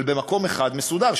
אבל במקום אחד מסודר,